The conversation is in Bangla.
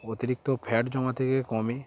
অতিরিক্ত ফ্যাট জমা থেকে কমে